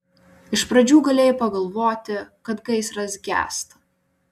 iš pradžių galėjai pagalvoti kad gaisras gęsta